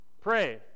pray